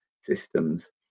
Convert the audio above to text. systems